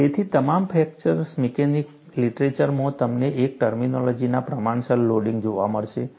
તેથી તમામ fracture mechanics લીટરેચરમાં તમને એક ટર્મિનોલોજીના પ્રમાણસર લોડિંગ જોવા મળશે